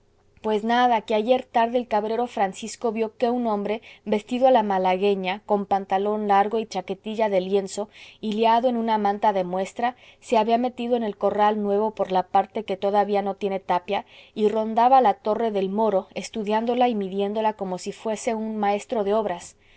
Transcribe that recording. pues nada que ayer tarde el cabrero francisco vió que un hombre vestido a la malagueña con pantalón largo y chaquetilla de lienzo y liado en una manta de muestra se había metido en el corral nuevo por la parte que todavía no tiene tapia y rondaba la torre del moro estudiándola y midiéndola come si fuese un maestro de obras